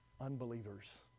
unbelievers